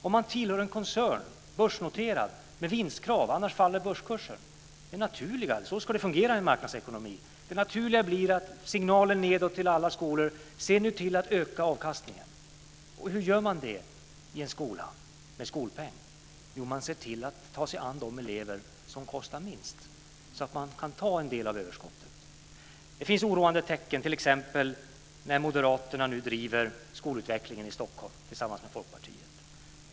Om man tillhör en börsnoterad koncern har man vinstkrav - annars faller börskursen. Så ska det fungera i en marknadsekonomi. Då blir den naturliga signalen nedåt till alla skolor: Se nu till att öka avkastningen! Hur gör man det i en skola med skolpeng? Jo, man ser till att ta sig an de elever som kostar minst, så att man kan ta en del av överskottet. Det finns oroande tecken, t.ex. när Moderaterna nu driver skolutvecklingen i Stockholm tillsammans med Folkpartiet.